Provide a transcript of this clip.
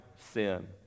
sin